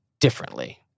differently